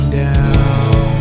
down